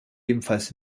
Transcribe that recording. ebenfalls